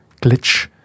glitch